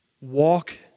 walk